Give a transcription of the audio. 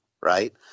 right